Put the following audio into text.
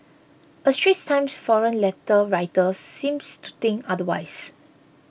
a Straits Times forum letter writer seems to think otherwise